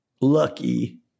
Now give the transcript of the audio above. lucky